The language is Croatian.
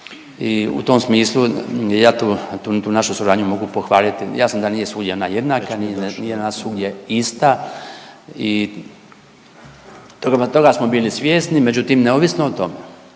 i u tom smislu ja tu, tu našu suradnju mogu pohvaliti. Jasno da nije svugdje ona jednaka nije ona svugdje ista i toga smo bili svjesni međutim neovisno o tome